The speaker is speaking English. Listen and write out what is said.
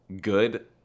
good